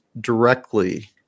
directly